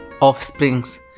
offsprings